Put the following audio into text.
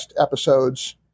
episodes